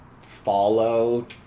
follow